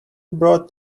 brought